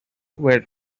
were